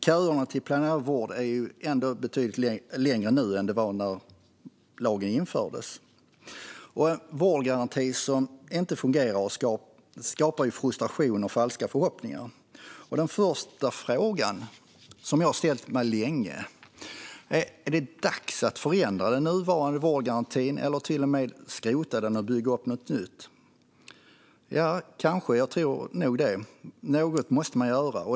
Köerna till planerad vård är betydligt längre nu än när lagen infördes. En vårdgaranti som inte fungerar skapar frustration och falska förhoppningar. Den första frågan, som jag har ställt mig länge, blir: Är det dags att förändra den nuvarande vårdgarantin eller till och med skrota den och bygga upp något nytt? Ja, kanske. Jag tror det. Något måste man göra.